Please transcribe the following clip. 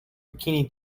bikini